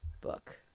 book